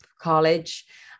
college